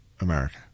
America